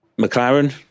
McLaren